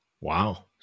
Wow